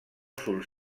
sul